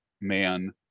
man